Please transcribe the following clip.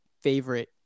favorite